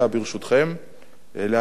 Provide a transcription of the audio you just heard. להעביר את הנושא לדיון בוועדה.